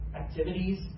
activities